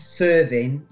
serving